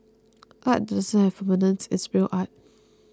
art that doesn't have permanence is real art